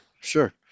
sure